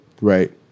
Right